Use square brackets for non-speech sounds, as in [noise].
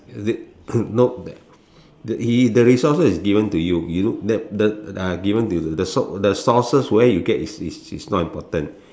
the [coughs] no the the resources is given to you the the ya given to you the sources where you get is is is not important